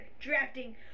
Drafting